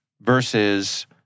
versus